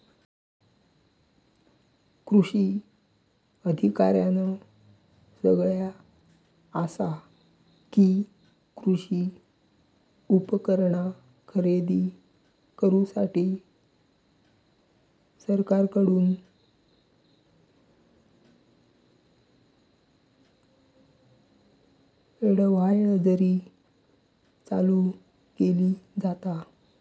कृषी अधिकाऱ्यानं सगळ्यां आसा कि, कृषी उपकरणा खरेदी करूसाठी सरकारकडून अडव्हायजरी चालू केली जाता